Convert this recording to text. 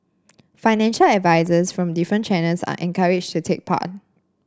financial advisers from different channels are encouraged to take part